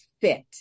fit